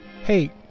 hey